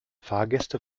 fahrgäste